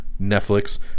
Netflix